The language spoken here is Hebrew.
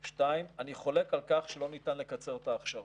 שתיים, אני חולק על כך שלא ניתן לקצר את ההכשרות.